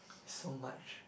so much